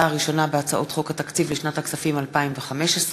הראשונה בהצעת חוק התקציב לשנת הכספים 2015,